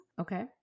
Okay